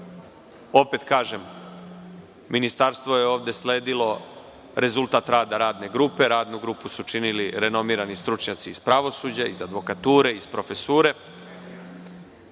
opet kažem, ministarstvo je ovde sledilo rezultat rada radne grupe. Radnu grupu su činili renomirani stručnjaci iz pravosuđa, iz advokature, iz profesure,